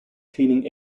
cleaning